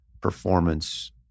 performance